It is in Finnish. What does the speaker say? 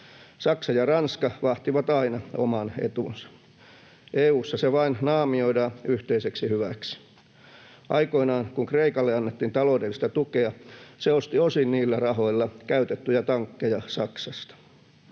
Saksa ja Ranska vahtivat aina oman etunsa, EU:ssa se vain naamioidaan yhteiseksi hyväksi. Aikoinaan, kun Kreikalle annettiin taloudellista tukea, se osti osin niillä rahoilla käytettyjä tankkeja Saksasta.